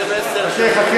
חכה,